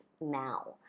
now